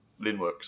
Linworks